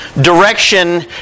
direction